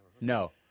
No